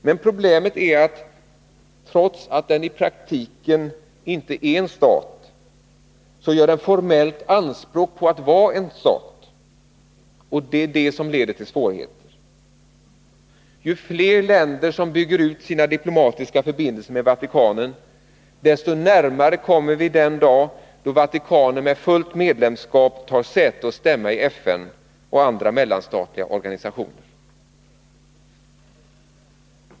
Men problemet är att trots att den i praktiken inte är en stat, så gör den formellt anspråk på att vara det, och det är detta som leder till svårigheter. Ju fler länder som bygger ut sina diplomatiska förbindelser med Vatikanen, desto närmare kommer vi den dag då Vatikanen med fullt medlemskap tar säte och stämma ii FN och andra mellanstatliga organisationer.